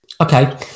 Okay